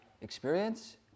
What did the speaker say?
experience